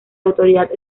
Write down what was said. autoridad